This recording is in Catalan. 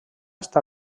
està